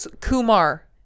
Kumar